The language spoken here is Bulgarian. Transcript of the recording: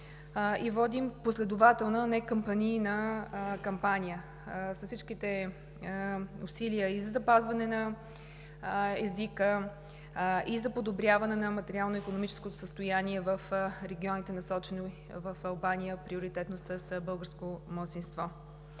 Водим последователна политика, а не кампания, с всичките усилия и за запазване на езика, и за подобряване на материално-икономическото състояние в регионите, населени в Албания приоритетно с българско малцинство.